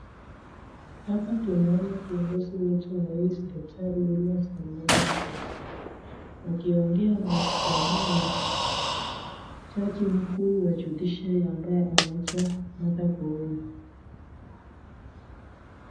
Hapa tunaona kiongozi wetu rais Daktari William Samoei Ruto wakiongea na wakitembea na jaji mkuu wa judiciary ambaye anaitwa Martha Koome.